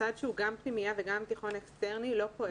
מוסד שהוא גם פנימייה וגם תיכון אקסטרני לא פועל,